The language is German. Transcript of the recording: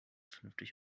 vernünftig